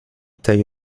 tej